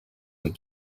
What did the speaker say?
and